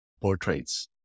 portraits